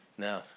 No